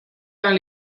dans